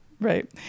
Right